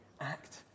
Act